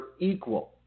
equal